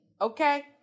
Okay